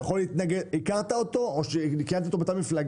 אבל ברגע שהכרת אותו אתה פסול.